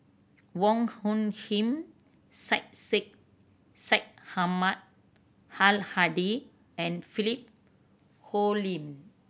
Wong Hung Khim Syed Sheikh Syed Ahmad Al Hadi and Philip Hoalim